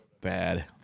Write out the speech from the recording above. Bad